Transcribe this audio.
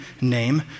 name